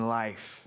life